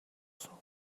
суув